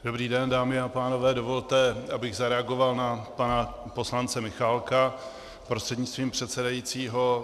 Dobrý den, dámy a pánové, dovolte, abych zareagoval na pana poslance Michálka prostřednictvím předsedajícího.